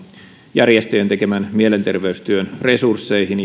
järjestöjen tekemän mielenterveystyön resursseihin